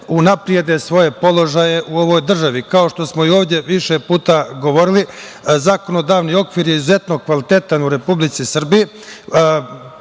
unaprede svoje položaje u ovoj državi. Kao što smo i ovde više puta govorili zakonodavni okvir je izuzetno kvalitetan u Republici Srbiji,